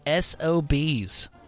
SOBs